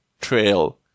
trail